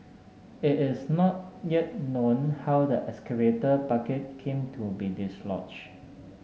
it is not yet known how the excavator bucket came to be dislodged